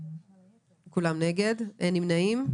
כולם נגד, אין נמנעים.